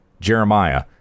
Jeremiah